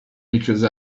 because